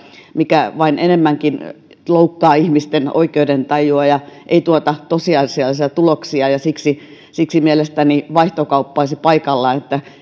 mikä vain enemmänkin loukkaa ihmisten oikeudentajua ja ei tuota tosiasiallisia tuloksia siksi siksi mielestäni vaihtokauppa olisi paikallaan